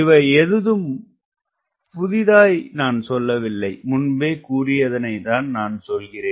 இவை எதுவும் புதிதாய் நான் சொல்லவில்லை முன்பே கூறியதனை தான் நான் சொல்கிறேன்